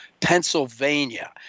Pennsylvania